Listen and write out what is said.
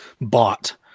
bought